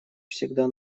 всегда